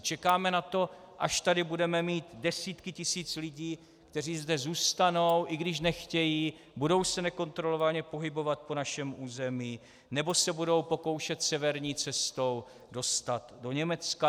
Čekáme na to, až tady budeme mít desítky tisíc lidí, kteří zde zůstanou, i když nechtějí, budou se nekontrolovaně pohybovat po našem území nebo se budou pokoušet severní cestou dostat do Německa?